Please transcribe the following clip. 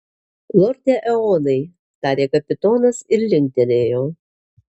lorde eonai tarė kapitonas ir linktelėjo